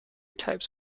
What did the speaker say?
types